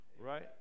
right